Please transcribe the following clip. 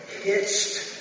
hitched